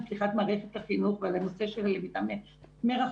פתיחת מערכת החינוך ועל הנושא של הלמידה מרחוק,